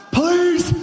please